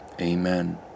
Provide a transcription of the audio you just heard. Amen